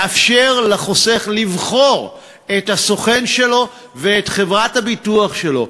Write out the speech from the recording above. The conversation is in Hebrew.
לאפשר לחוסך לבחור את הסוכן שלו ואת חברת הביטוח שלו.